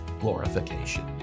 glorification